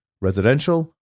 residential